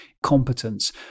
competence